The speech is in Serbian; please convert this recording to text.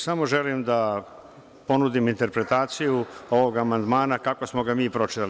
Samo želim da ponudim interpretaciju ovog amandmana kako smo ga mi pročitali.